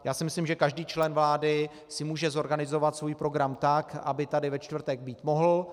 Já si myslím, že každý člen vlády si může zorganizovat svůj program tak, aby tady ve čtvrtek být mohl.